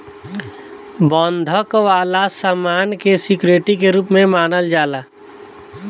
बंधक वाला सामान के सिक्योरिटी के रूप में मानल जाला